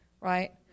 Right